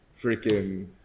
Freaking